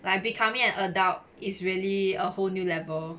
like becoming an adult is really a whole new level